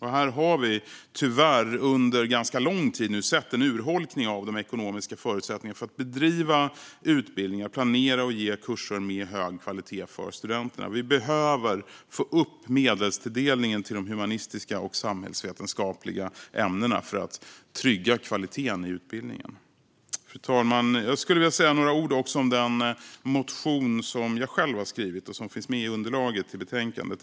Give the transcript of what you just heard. Här har vi tyvärr under ganska lång tid nu sett en urholkning av de ekonomiska förutsättningarna att bedriva utbildningar och planera och ge kurser med hög kvalitet för studenterna. Vi behöver få upp medelstilldelningen till de humanistiska och samhällsvetenskapliga ämnena för att trygga kvaliteten i utbildningarna. Fru talman! Jag skulle också vilja säga några ord om den motion som jag själv har skrivit och som finns med i underlaget till betänkandet.